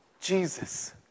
Jesus